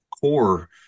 core